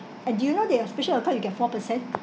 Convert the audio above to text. and do you know they have special account you get four per cent